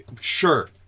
Sure